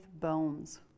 bones